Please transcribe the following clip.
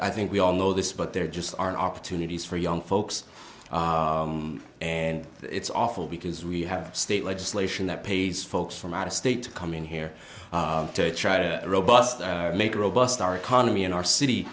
i think we all know this but there just aren't opportunities for young folks and it's awful because we have state legislation that pays folks from out of state to come in here to try to robust make robust our economy in our city